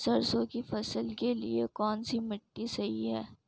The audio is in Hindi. सरसों की फसल के लिए कौनसी मिट्टी सही हैं?